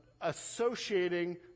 associating